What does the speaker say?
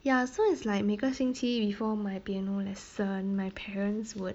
ya so it's like 每个星期 before my piano lesson my parents would